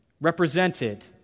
represented